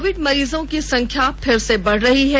Covid मरीजों की संख्या फिर से बढ़ रही है